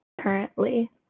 currently